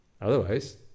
otherwise